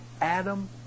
Adam